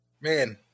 Man